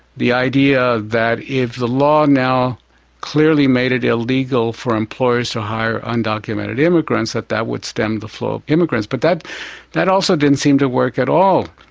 the idea that if the law now clearly made it illegal for employers to hire undocumented immigrants, that that would stem the flow of immigrants. but that that also didn't seem to work at all.